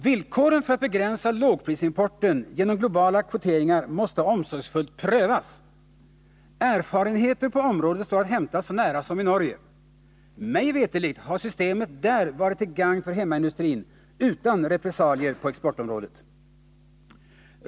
Villkoren för att begränsa lågprisimporten genom globala kvoteringar måste omsorgsfullt pröv Erfarenheter på området står att hämta så nära somi Norge. Mig veterligt har systemet där varit till gagn för hemmaindustrin utan repressalier på exportområdet.